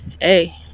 Hey